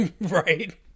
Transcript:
Right